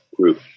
group